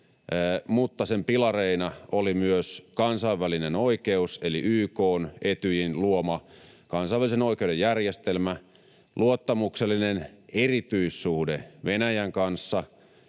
mutta sen pilareina oli myös kansainvälinen oikeus eli YK:n, Etyjin luoma kansainvälisen oikeuden järjestelmä, luottamuksellinen erityissuhde Venäjän kanssa